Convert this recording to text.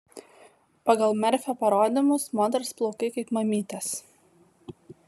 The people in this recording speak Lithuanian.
pagal merfio parodymus moters plaukai kaip mamytės